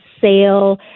sale